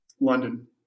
London